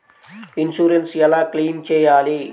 Insurance ఎలా claim చేయాలి?